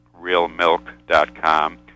realmilk.com